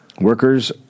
Workers